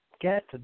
get